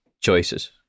choices